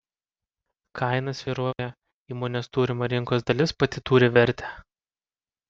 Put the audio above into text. kaina svyruoja įmonės turima rinkos dalis pati turi vertę